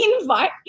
invite